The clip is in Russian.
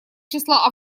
числа